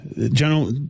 General